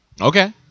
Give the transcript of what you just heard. Okay